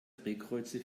drehkreuze